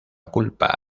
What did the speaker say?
culpa